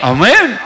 Amen